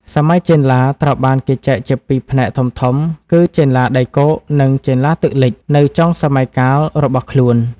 សម័យចេនឡា ត្រូវបានគេចែកជាពីរផ្នែកធំៗ គឺ ចេនឡាដីគោក និង ចេនឡាទឹកលិច នៅចុងសម័យកាលរបស់ខ្លួន។